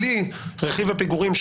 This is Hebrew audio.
בלי רכיב הפיגורים,